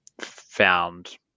found